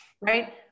right